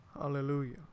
Hallelujah